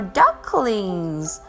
ducklings